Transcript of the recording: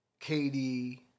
KD